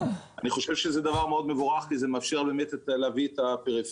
אני חושב שזה דבר מאוד מבורך כי זה באמת מאפשר להביא את הפריפריה.